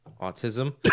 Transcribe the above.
Autism